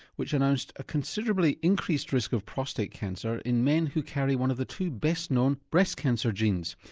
which announced a considerably increased risk of prostate cancer in men who carry one of the two best-known breast cancer genes.